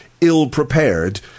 ill-prepared